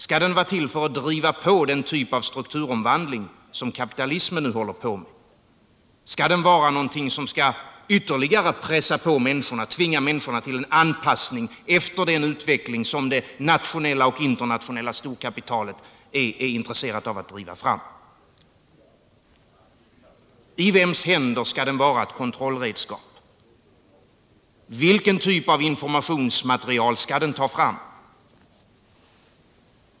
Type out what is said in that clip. Skall den vara till för att driva på den typ av strukturomvandling som kapitalismen nu håller på med? Skall den vara någonting som ytterligare skall pressa på människorna, tvinga människorna till anpassning efter den utveckling som det nationella och internationella storkapitalet är intresserat av att driva fram? I vems händer skall den vara ett kontrollredskap? Vilken typ av informationsmaterial skall den ta fram?